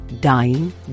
dying